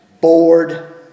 bored